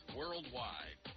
worldwide